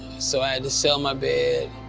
so i had to sell my.